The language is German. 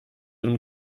und